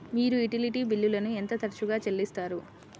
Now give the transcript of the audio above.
మీరు యుటిలిటీ బిల్లులను ఎంత తరచుగా చెల్లిస్తారు?